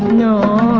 know